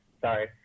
sorry